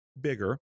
bigger